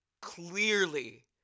clearly